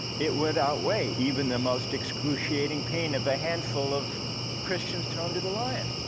it would outweigh even the most excruciating pain of a handful of christians thrown to the lion.